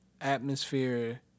atmosphere